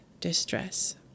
distress